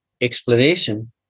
explanation